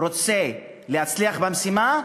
רוצה להצליח במשימה,